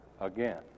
again